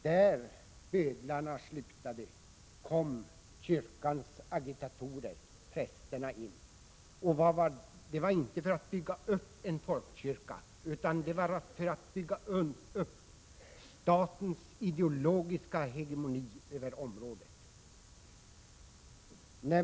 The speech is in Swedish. Där bödlarna slutade kom kyrkans agitatorer prästerna in. Det var inte för att bygga upp en folkkyrka utan för att bygga upp statens ideologiska hegemoni i området.